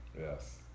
Yes